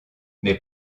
mais